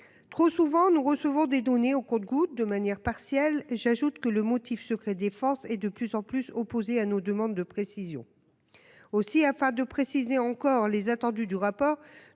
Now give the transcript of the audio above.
Trop souvent, nous recevons des données au compte-goutte de manière partielle. J'ajoute que le motif, secret défense et de plus en plus opposés à nos demandes de précisions. Aussi, afin de préciser encore les attendus du rapport.